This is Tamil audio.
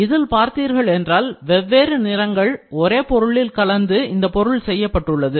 இதில் பார்த்தீர்கள் என்றால் வெவ்வேறு நிறங்கள் ஒரே பொருளில் கலந்து இந்த பொருள் செய்யப்பட்டுள்ளது